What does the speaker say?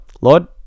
lord